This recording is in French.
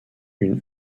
une